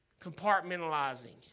Compartmentalizing